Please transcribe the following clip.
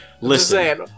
Listen